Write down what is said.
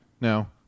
No